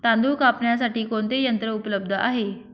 तांदूळ कापण्यासाठी कोणते यंत्र उपलब्ध आहे?